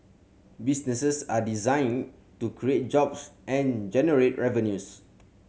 businesses are designing to create jobs and generate revenues